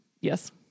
yes